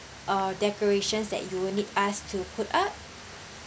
uh decorations that you would need us to put up